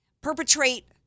perpetrate